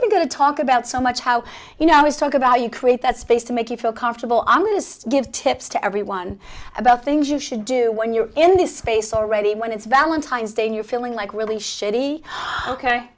going to talk about so much how you know i was talk about you create that space to make you feel comfortable i'm going to give tips to everyone about things you should do when you're in this space already when it's valentine's day and you're feeling like really shitty ok